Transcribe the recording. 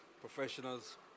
professionals